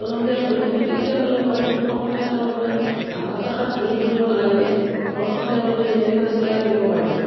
টনকিয়াল হৈ থাকে তেতিয়াহ'লে হয়তো সময়ত তেওঁলোকে হতাশাত ভাঙি পৰিব নালাগে ঘৰখন তেওঁলোকে নিয়াৰিকৈ চলাই নিব পাৰে